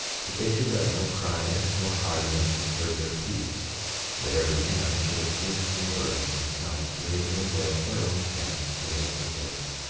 that they should let no pride nor haughtiness disturb their peace that every man should esteem his neighbor as himself, laboring with their own hands for their support.